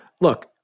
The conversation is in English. look